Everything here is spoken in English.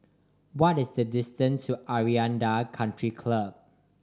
what is the distance to Aranda Country Club